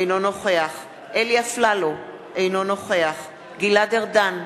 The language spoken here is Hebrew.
אינו נוכח אלי אפללו, אינו נוכח גלעד ארדן,